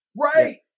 Right